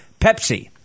Pepsi